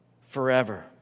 forever